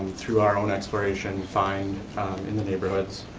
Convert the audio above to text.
through our own exploration, find in the neighborhoods.